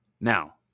Now